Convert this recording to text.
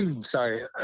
sorry